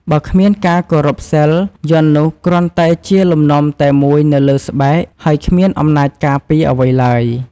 បើគ្មានការគោរពសីល យន្តនោះគ្រាន់តែជាលំនាំតែមួយនៅលើស្បែក ហើយគ្មានអំណាចការពារអ្វីឡើយ។